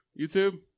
YouTube